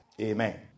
Amen